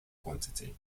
quantity